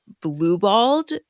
blue-balled